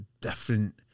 different